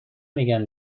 میگم